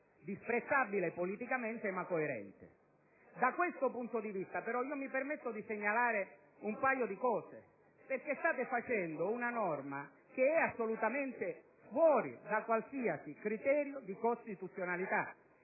Disprezzabile politicamente, ma coerente. Da questo punto di vista, però, mi permetto di segnalare un paio di questioni, perché state varando una norma che è assolutamente fuori da qualsiasi criterio di costituzionalità.